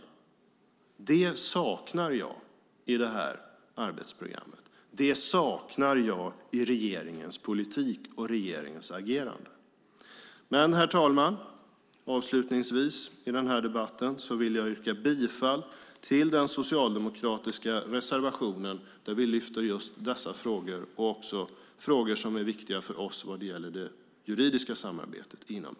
Det saknar jag i detta arbetsprogram. Det saknar jag i regeringens politik och i regeringens agerande. Herr talman! Jag vill avslutningsvis yrka bifall till den socialdemokratiska reservationen där vi lyfter fram just dessa frågor och också frågor som är viktiga för oss när det gäller det juridiska samarbetet inom EU.